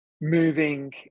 moving